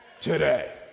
today